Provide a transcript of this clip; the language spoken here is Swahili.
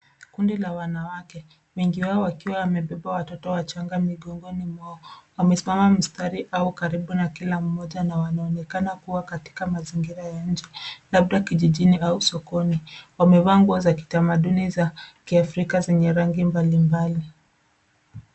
Kundi la wanawake ,wengi wao wakiwa wamebeba watoto wachanga migongoni mwao, Wamesimama mistari au karibu na kila mmoja na wanaonekana kuwa katika mazingira ya nje. Labda kijijini au sokoni .Wamevaa nguo za kitamaduni za kiafrika zenye rangi mbali mbali.